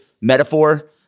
metaphor